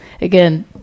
Again